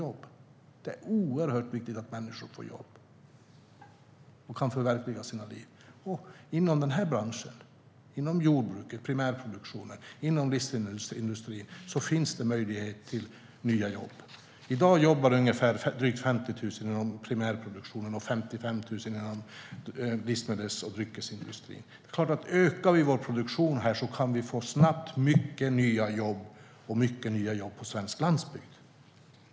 Men det är oerhört viktigt att människor får jobb och kan förverkliga sina livsdrömmar. Inom den här branschen - jordbruket, primärproduktionen, livsmedelsindustrin - finns det möjlighet att skapa nya jobb. I dag jobbar drygt 50 000 inom primärproduktionen och 55 000 inom livsmedels och dryckesindustrin. Det är klart att om vi ökar den produktionen kan vi snabbt få många nya jobb och många nya jobb på svensk landsbygd.